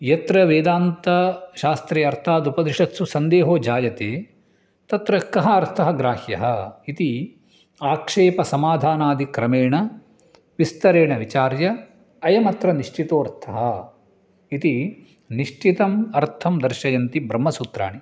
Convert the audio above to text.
यत्र वेदान्तशास्त्रे अर्थात् उपनिषत्सु सन्देहो जायते तत्र कः अर्थः ग्राह्यः इति आक्षेपसमाधानादिक्रमेण विस्तरेण विचार्य अयम् अत्र निश्चितोर्थः इति निश्चितम् अर्थं दर्शयन्ति ब्रह्मसूत्राणि